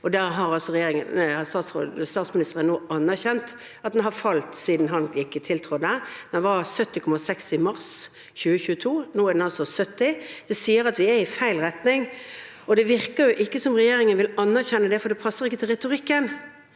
Statsministeren har nå anerkjent at den har falt siden han tiltrådte. Den var 70,6 pst. i mars 2022. Nå er den altså 70,0 pst. Det sier at vi går i feil retning. Det virker ikke som regjeringen vil anerkjenne det, for det passer ikke til retorikken,